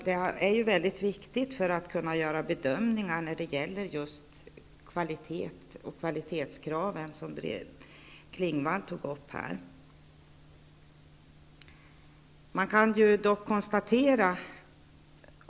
Det är mycket viktigt att känna till för att kunna göra bedömningar när det gäller just kvalitetskraven, som Maj-Inger Klingvall tog upp.